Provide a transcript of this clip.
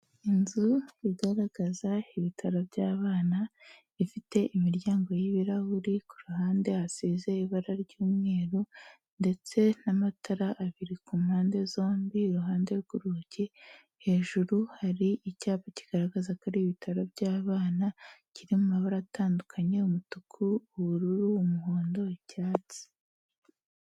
Inzu igaragaza ibitaro by'abana, ifite imiryango y'ibirahuri, ku ruhande hasize ibara ry'umweru, ndetse n'amatara abiri ku mpande zombi, iruhande rw'urugi, hejuru hari icyapa kigaragaza ko ari ibitaro by'abana, kiri mu mabara atandukanye, umutuku, ubururu, umuhondo, icyatsi.